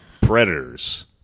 predators